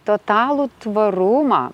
totalų tvarumą